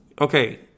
okay